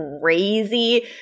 crazy